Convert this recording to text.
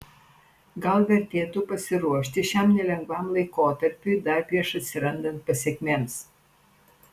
gal vertėtų pasiruošti šiam nelengvam laikotarpiui dar prieš atsirandant pasekmėms